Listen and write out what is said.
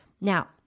Now